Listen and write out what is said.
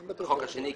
בחוק השני?